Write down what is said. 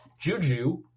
Juju